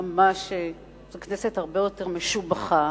ממש, זאת כנסת הרבה יותר משובחה,